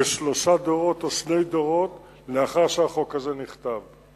כשלושה דורות או שני דורות לאחר שהחוק הזה נכתב.